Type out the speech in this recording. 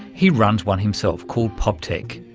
he runs one himself called poptech.